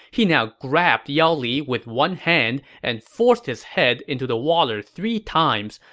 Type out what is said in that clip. he now grabbed yao li with one hand and forced his head into the water three times,